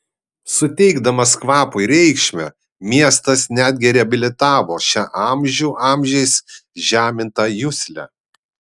suteikdamas kvapui reikšmę miestas netgi reabilitavo šią amžių amžiais žemintą juslę